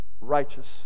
righteous